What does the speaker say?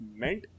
meant